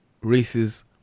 races